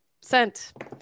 sent